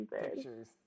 pictures